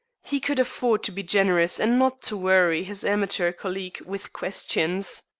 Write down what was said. he could afford to be generous and not to worry his amateur colleague with questions.